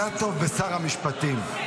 זה הטוב בשר המשפטים.